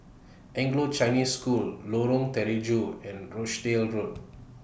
Anglo Chinese School Lorong Terigu and Rochdale Road